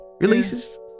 releases